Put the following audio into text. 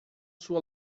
sua